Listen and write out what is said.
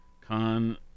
Khan